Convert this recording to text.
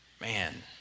Man